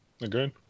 Agreed